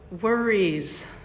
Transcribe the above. worries